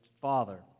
father